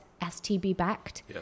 STB-backed